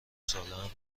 سالهام